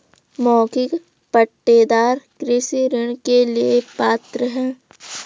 मौखिक पट्टेदार कृषि ऋण के लिए पात्र हैं